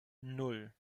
nan